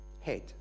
Head